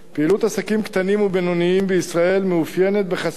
פעילות עסקים קטנים ובינוניים בישראל מתאפיינת בחסמים